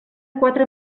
quatre